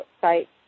site